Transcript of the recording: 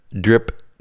drip